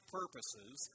purposes